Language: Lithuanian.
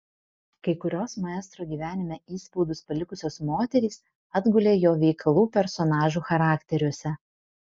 kai kurios maestro gyvenime įspaudus palikusios moterys atgulė jo veikalų personažų charakteriuose